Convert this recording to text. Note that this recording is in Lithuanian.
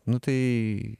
nu tai